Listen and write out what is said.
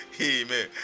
Amen